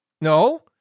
No